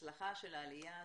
שההצלחה של העלייה הזאת,